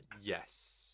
yes